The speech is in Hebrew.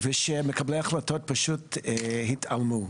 ושמקבלי ההחלטות פשוט יתעלמו.